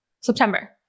September